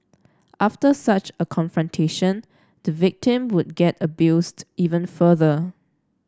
after such a confrontation the victim would get abused even further